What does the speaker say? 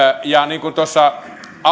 ja niin kuin tuossa